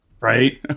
right